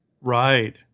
Right